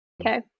Okay